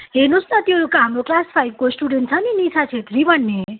हेर्नु होस् न त्यो एउटा हाम्रो क्लास फाइभको स्टुडेन्ट छ नि निसा छेत्री भन्ने